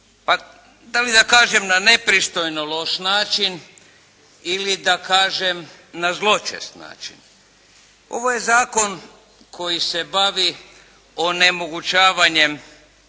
pa da li da kažem na nepristojno loš način ili da kažem na zločest način. Ovo je zakon koji se bavi onemogućavanjem